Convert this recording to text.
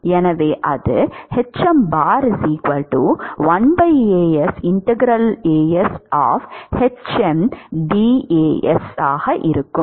எனவே அது இருக்கும்